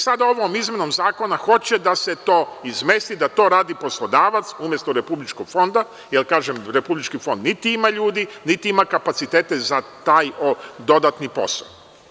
Sada ovom izmenom zakona hoće da se to izmesti, da to radi poslodavac umesto Republičkog fonda, jer kažem da Republički fond niti ima ljudi, niti ima kapacitete za taj dodatni posao.